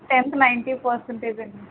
tenth ninety percentage అండి